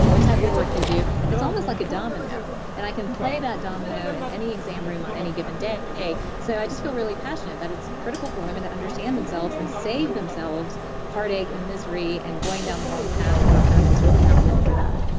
type of work they do. it's almost like a domino, and i can play that domino in any exam room on any given day. so i just feel really passionate that it's critical for women to understand themselves and save themselves heartache and misery, and going down the wrong path or a path that's really not meant for them.